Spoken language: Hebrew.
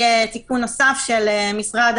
תיקון נוסף שקידם משרד